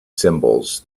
symbols